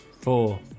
four